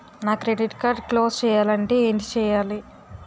నా credit card close చేయాలంటే ఏంటి చేయాలి?